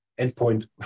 endpoint